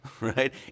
right